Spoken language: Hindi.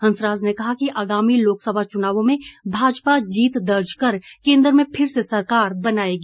हंसराज ने कहा कि आगामी लोकसभा चुनावों में भाजपा जीत दर्ज कर केंद्र में फिर से सरकार बनाएगी